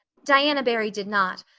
diana barry did not,